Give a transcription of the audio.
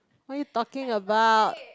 what you talking about